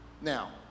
now